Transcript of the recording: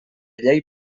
llei